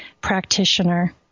practitioner